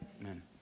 Amen